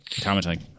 commenting